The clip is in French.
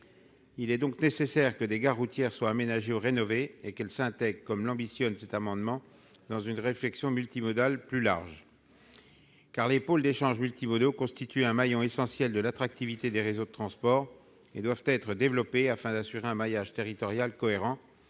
Il est donc nécessaire que des gares routières soient aménagées ou rénovées et qu'elles s'intègrent- c'est le sens de cet amendement -dans une réflexion multimodale plus large. Car les pôles d'échanges multimodaux constituent un maillon essentiel de l'attractivité des réseaux de transport. Ils doivent être développés, afin d'assurer un maillage territorial cohérent,